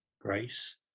grace